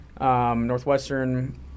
Northwestern –